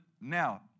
now